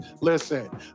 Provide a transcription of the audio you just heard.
Listen